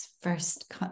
first